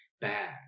bad